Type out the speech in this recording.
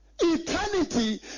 eternity